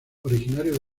originario